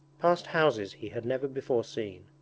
past houses he had never before seen.